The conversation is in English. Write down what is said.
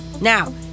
now